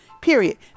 period